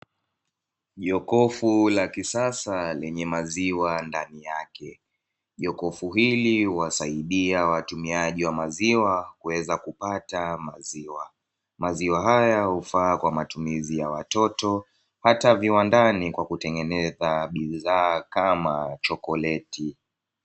Jokofu la kisasa lenye maziwa ndani yake, jokofu hili huwasaidia watumiaji wa maziwa kuweza kupata maziwa. Maziwa haya hufaa kwa matumizi ya watoto, hata viwandani kwa kutengeneza bidhaa kama chokoleti.